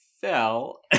fell